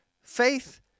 Faith